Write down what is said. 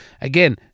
again